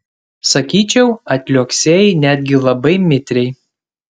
sakyčiau atliuoksėjai netgi labai mitriai